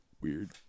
Weird